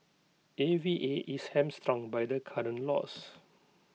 A V A is hamstrung by the current laws